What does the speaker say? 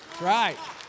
Right